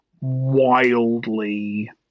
wildly